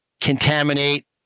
contaminate